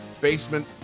basement